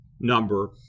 number